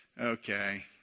Okay